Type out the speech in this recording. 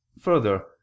Further